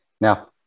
Now